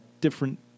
different